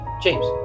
James